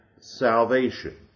salvation